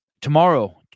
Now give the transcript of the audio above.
tomorrow